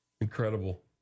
Incredible